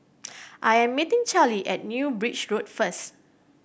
I am meeting Carlie at New Bridge Road first